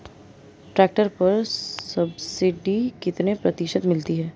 Tractor पर subsidy कितने प्रतिशत मिलती है?